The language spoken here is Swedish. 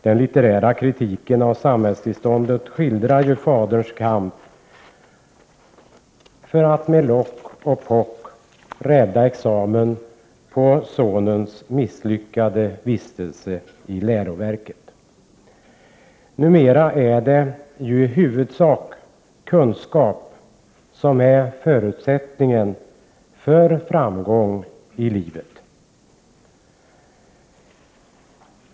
Den litterära kritiken av samhällstillståndet skildrar ju faderns kamp för att med lock och pock rädda sonens examen efter hans misslyckade vistelse i läroverket. Numera är det i huvudsak kunskap som är förutsättningen för framgång i livet.